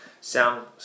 Sound